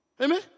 Amen